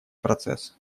процесс